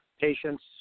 patients